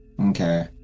Okay